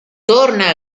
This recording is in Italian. torna